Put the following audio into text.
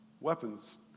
weapons